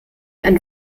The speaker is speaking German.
ein